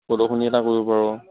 প্ৰদৰ্শনী এটা কৰিব পাৰোঁ